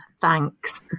Thanks